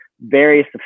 various